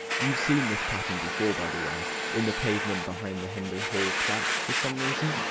you've seen this pattern, before by the way, in the pavement behind the henry hall plaque for some reason.